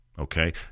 Okay